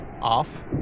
off